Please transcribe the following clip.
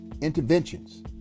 interventions